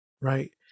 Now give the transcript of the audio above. right